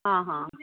हां हां